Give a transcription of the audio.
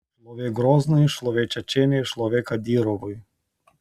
šlovė groznui šlovė čečėnijai šlovė kadyrovui